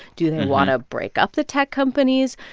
do they want to break up the tech companies?